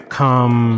come